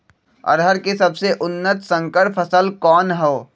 अरहर के सबसे उन्नत संकर फसल कौन हव?